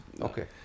Okay